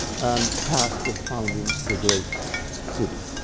and task of founding the great city.